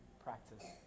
Practice